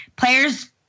Players